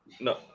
No